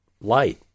light